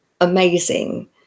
amazing